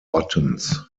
buttons